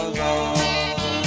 love